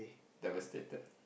devastated